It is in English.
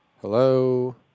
Hello